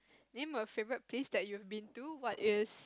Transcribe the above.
name a favourite place that you've been to what is